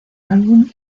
álbum